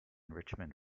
richmond